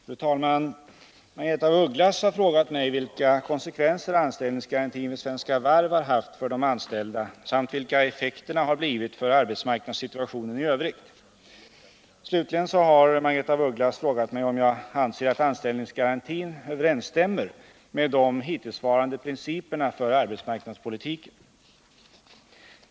Fru talman! Margaretha af Ugglas har frågat mig vilka konsekvenser anställningsgarantin vid Svenska Varv har haft för de anställda samt vilka effekterna har blivit för arbetsmarknadssituationen i övrigt. Slutligen har Margaretha af Ugglas frågat mig om jag anser att anställningsgarantin överensstämmer med de hittillsvarande principerna för arbetsmarknadspolitiken.